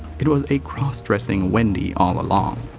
it was a crossdressing wendy all along.